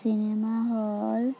cinema hall